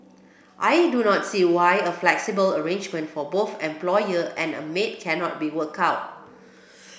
I do not see why a flexible arrangement for both employer and maid cannot be worked out